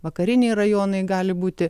vakariniai rajonai gali būti